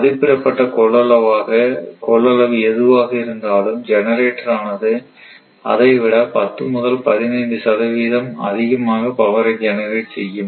மதிப்பிடப்பட்ட கொள்ளளவு எதுவாக இருந்தாலும் ஜெனரேட்டர் ஆனது அதை விட 10 முதல் 15 சதவீதம் அதிகமாக பவரை ஜெனரேட் செய்யும்